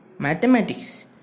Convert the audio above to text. mathematics